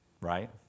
right